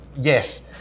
yes